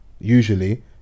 usually